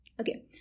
Okay